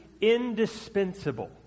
indispensable